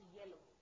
yellow